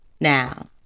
Now